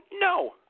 No